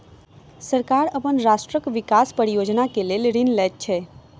सरकार अपन राष्ट्रक विकास परियोजना के लेल ऋण लैत अछि